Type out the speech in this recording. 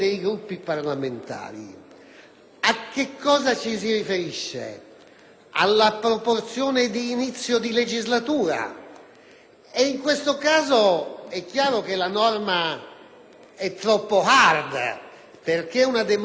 A che cosa ci si riferisce? Alla proporzione di inizio legislatura? In tal caso, è chiaro che la norma è troppo *hard*, perché una democrazia parlamentare